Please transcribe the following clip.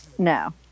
No